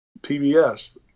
PBS